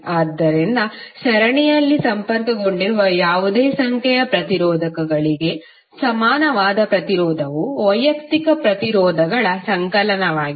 ಆದ್ದರಿಂದ ಸರಣಿಯಲ್ಲಿ ಸಂಪರ್ಕಗೊಂಡಿರುವ ಯಾವುದೇ ಸಂಖ್ಯೆಯ ಪ್ರತಿರೋಧಕಗಳಿಗೆ ಸಮಾನವಾದ ಪ್ರತಿರೋಧವು ವೈಯಕ್ತಿಕ ಪ್ರತಿರೋಧಗಳ ಸಂಕಲನವಾಗಿದೆ